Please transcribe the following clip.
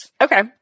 Okay